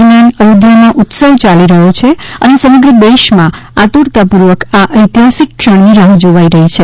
દરમિયાન અયોધ્યામાં ઉત્સવ યાલી રહ્યો છે અને સમગ્ર દેશમાં આતુરતાપૂર્વક આ ઐતિહાસિક ક્ષણની રાહ જોવાઈ રહી છે